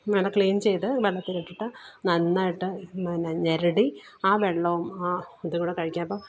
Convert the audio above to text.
നല്ല ക്ലീൻ ചെയ്ത് വെള്ളത്തിൽ ഇട്ടിട്ട് നന്നായിട്ട് പിന്നെ ഞെരടി ആ വെള്ളവും ആ ഇതും കൂടെ കഴിക്കുക അപ്പം